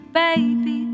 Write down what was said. baby